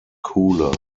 cooler